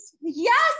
yes